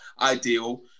ideal